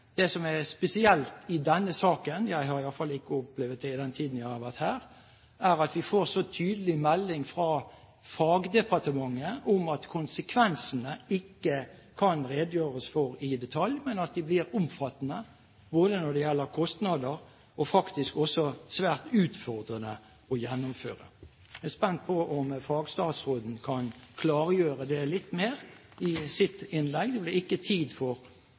Det som er spesielt i denne saken – jeg har iallfall ikke opplevd det i den tiden jeg har vært her – er at vi får så tydelig melding fra fagdepartementet om at konsekvensene ikke kan redegjøres for i detalj, men at de blir omfattende når det gjelder kostnader og faktisk også svært utfordrende å gjennomføre. Jeg er spent på om fagstatsråden kan klargjøre det litt mer i sitt innlegg. Det ble ikke tid for